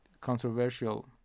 controversial